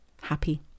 happy